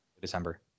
december